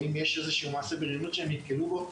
או אם יש איזשהו מעשה בריונות שהם נתקלו בו,